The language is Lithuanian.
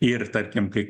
ir tarkim kai